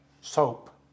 soap